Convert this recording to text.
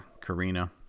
Karina